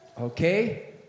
okay